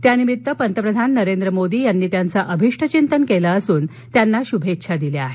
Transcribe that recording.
त्यानिमित्त पंतप्रधान नरेंद्र मोदी यांनी त्यांचं अभीष्टचिंतन केलं असून त्यांना शूभेच्छा दिल्या आहेत